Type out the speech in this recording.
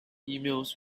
emails